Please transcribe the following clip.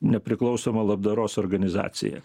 nepriklausoma labdaros organizacija